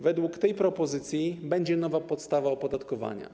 Według tej propozycji będzie nowa podstawa opodatkowania.